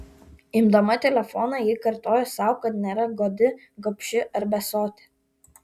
imdama telefoną ji kartojo sau kad nėra godi gobši ar besotė